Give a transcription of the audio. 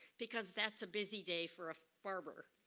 because that's a busy day for a barber.